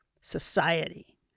society